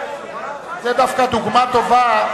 זו דוגמה טובה,